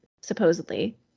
Supposedly